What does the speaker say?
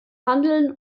handeln